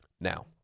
Now